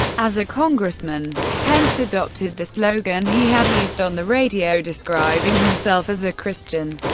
as a congressman, pence adopted the slogan he had used on the radio, describing himself as a christian,